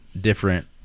different